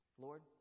Lord